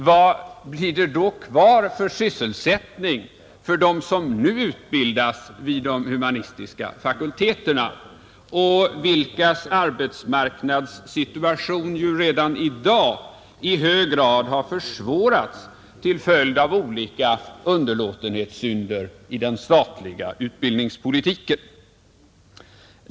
Vad blir det då kvar av sysselsättning för dem som nu utbildas vid de humanistiska fakulteterna och vilkas arbetsmarknadssituation redan i dag i hög grad har försvårats till följd av olika underlåtenhetssynder i den statliga utbildningspolitiken?